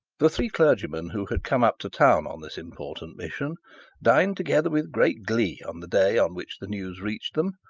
the three clergymen who had come up to town on this important mission dined together with great glee on the day on which the news reached them.